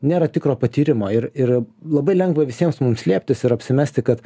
nėra tikro patyrimo ir ir labai lengva visiems mums slėptis ir apsimesti kad